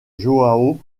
joão